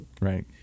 Right